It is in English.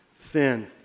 thin